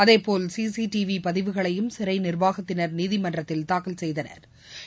அதேபோல் சிசிடிவி பதிவுகளையும் சிறை நிர்வாகத்தினர் நீதிமன்றத்தில் தாக்கல் செய்தனா்